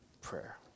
prayer